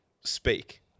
speak